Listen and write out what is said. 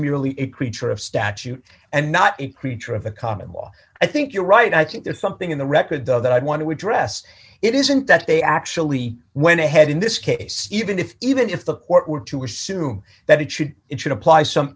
merely a creature of statute and not a creature of a common law i think you're right i think there's something in the record though that i want to address it isn't that they actually went ahead in this case even if even if the court were to assume that it should it should apply some